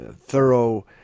thorough